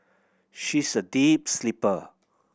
she's a deep sleeper